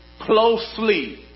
closely